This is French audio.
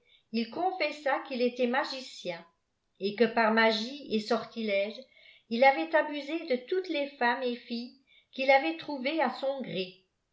il confessa qu'il éth maûieltti et que par magie et sortilège il çivait abusé de toutes leis fermes et filles quil avait trouvées à son jgré